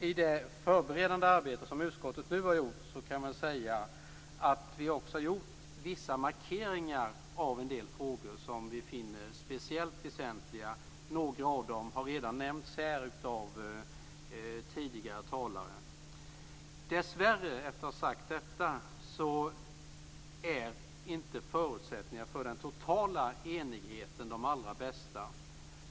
I det förberedande arbete som utskottet har gjort har vissa frågor markerats som utskottet har funnit speciellt väsentliga. Några har redan nämnts av tidigare talare. Dessvärre är inte förutsättningarna för en total enighet de allra bästa.